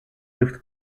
looked